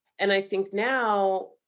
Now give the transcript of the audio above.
and i think now,